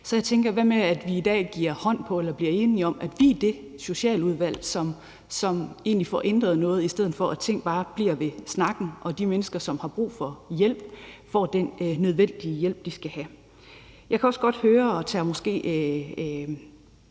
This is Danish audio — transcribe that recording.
Så jeg tænker, at hvad med, at vi i dag bliver enige om, at vi i Socialudvalget får ændret noget, i stedet for at tingene bare bliver ved snakken, og at de mennesker, som har brug for hjælp, får den nødvendige hjælp, de skal have? Jeg kan også godt høre, at jeg måske